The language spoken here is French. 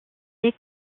les